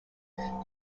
there